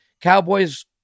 Cowboys